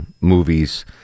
movies